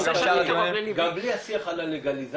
גם בשאר הדיונים --- גם בלי השיח על הלגליזציה,